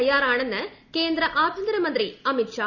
തയ്യാറാണെന്ന് കേന്ദ്ര ആഭൃന്തർമ്പ്രി അമിത്ഷാ